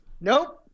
Nope